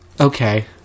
Okay